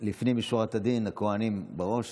לפנים משורת הדין, הכוהנים בראש.